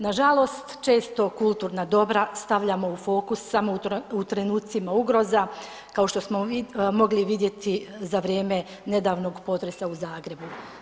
Nažalost često kulturna dobra stavljamo u fokus samo u trenucima ugroza kao što smo mogli vidjeti za vrijeme nedavnog potresa u Zagrebu.